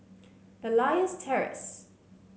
Elias Terrace